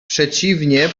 przeciwnie